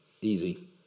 easy